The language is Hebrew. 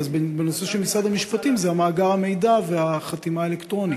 אז בנושא של משרד המשפטים זה מאגר המידע והחתימה האלקטרונית.